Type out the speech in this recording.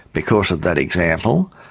because of that example,